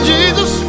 Jesus